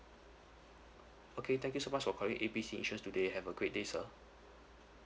okay thank you so much for calling A B C insurance today have a great day sir